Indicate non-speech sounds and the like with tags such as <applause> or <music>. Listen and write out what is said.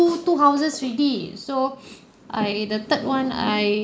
two two houses already so <noise> I the third one I